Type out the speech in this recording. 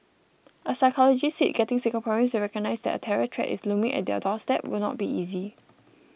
a psychologist said getting Singaporeans to recognise that a terror threat is looming at their doorstep will not be easy